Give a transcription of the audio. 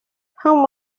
how